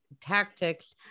tactics